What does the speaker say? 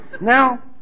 Now